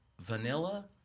vanilla